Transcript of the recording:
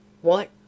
What